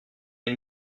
une